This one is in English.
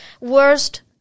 Worst